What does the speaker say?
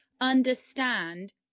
understand